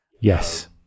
Yes